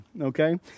okay